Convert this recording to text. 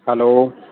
hello